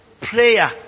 Prayer